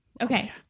Okay